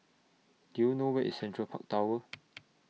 Do YOU know Where IS Central Park Tower